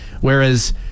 whereas